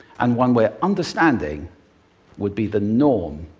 and one where understanding would be the norm,